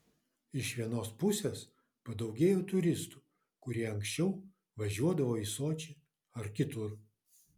iš vienos pusės padaugėjo turistų kurie anksčiau važiuodavo į sočį ar kitur